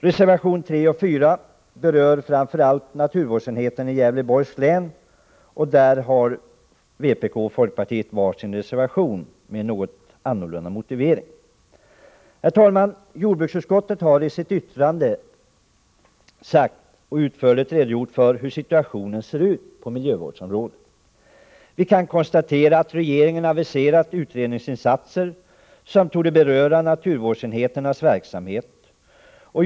Reservationerna 3 och 4 berör framför allt naturvårdsenheten i Gävleborgs län, och vpk och folkpartiet står för var sin av dessa reservationer med något olika motiveringar. Herr talman! Jordbruksutskottet har i sitt yttrande utförligt redogjort för hur situationen ser ut på miljövårdsområdet. Vi kan bl.a. konstatera att regeringen har aviserat utredningsinsatser som torde beröra naturvårdsenheternas verksamhet.